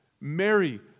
Mary